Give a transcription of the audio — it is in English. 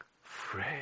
Free